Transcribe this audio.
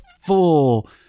full